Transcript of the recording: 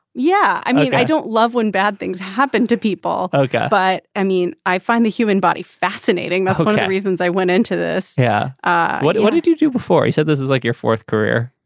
yeah i mean i don't love when bad things happen to people okay. but i mean i find the human body fascinating the reasons i went into this. yeah what what did you do before you said this is like your fourth career.